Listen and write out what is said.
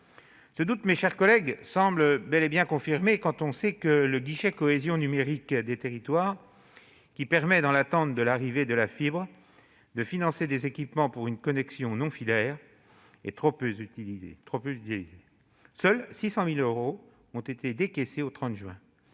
Ce doute, mes chers collègues, semble bel et bien confirmé sachant que le guichet Cohésion numérique des territoires, qui permet, dans l'attente de l'arrivée de la fibre, de financer des équipements pour une connexion non filaire, est trop peu utilisé. Seuls 600 000 euros ont été décaissés au 30 juin